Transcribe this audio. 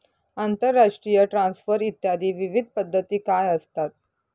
आंतरराष्ट्रीय ट्रान्सफर इत्यादी विविध पद्धती काय असतात?